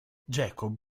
jacob